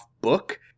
book